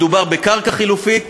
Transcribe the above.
מדובר בקרקע חלופית,